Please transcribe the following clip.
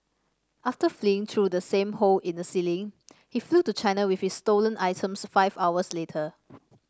after fleeing through the same hole in the ceiling he flew to China with his stolen items five hours later